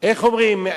איך אומרים,